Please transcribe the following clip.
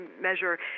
measure